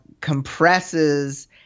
compresses